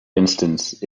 instance